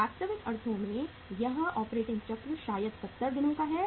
वास्तविक अर्थों में यह ऑपरेटिंग चक्र शायद 70 दिनों का है